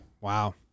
Wow